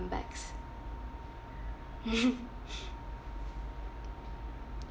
comebacks